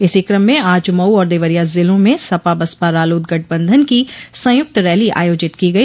इसी क्रम में आज मऊ और देवरिया जिलों में सपा बसपा रालोद गठबंधन की संयुक्त रैली आयोजित की गई